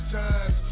times